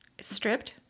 Stripped